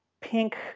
pink